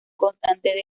constante